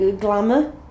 Glamour